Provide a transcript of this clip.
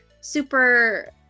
super